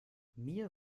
mir